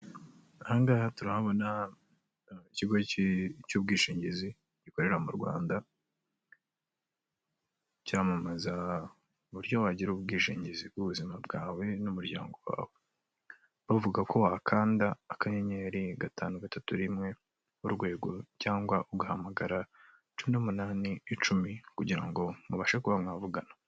Ahangaha turahabona kigo cy'ubwishingizi gikorera mu Rwanda cyamamaza uburyo wagira ubwishingizi bw'ubuzima bwawe n'umuryango wawe, bavuga ko wakanda akanyenyeri gatanu gatatu rimwe urwego cyangwa ugahamagara icumi umunani icumi kugira ngo ubashe kuba mwavugana.